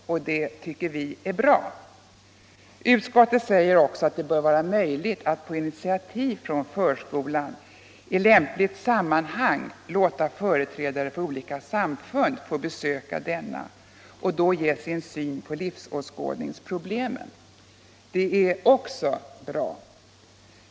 Det tycker vi är bra. Utskottet säger vidare att det bör ”vara möjligt att på initiativ av förskolan i lämpligt sammanhang låta företrädare för olika samfund få besöka denna och då ge sin syn på livsåskådningsproblem”. Det är också bra.